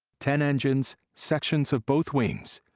ten engines, sections of both wings,